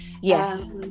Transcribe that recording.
Yes